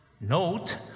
Note